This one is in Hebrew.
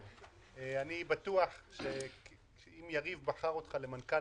אני בטוח שאם יריב בחר אותך למנכ"ל,